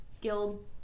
guild